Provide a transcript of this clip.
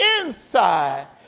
inside